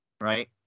Right